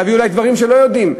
להביא אולי דברים שלא יודעים.